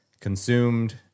Consumed